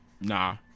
Nah